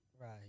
Right